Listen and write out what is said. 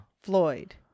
Floyd